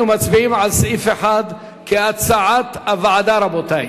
אנחנו מצביעים על סעיף 1 כהצעת הוועדה, רבותי.